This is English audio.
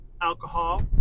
alcohol